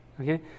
Okay